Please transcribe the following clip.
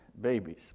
babies